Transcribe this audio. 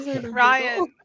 Ryan